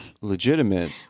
legitimate